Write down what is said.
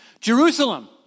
Jerusalem